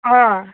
अँ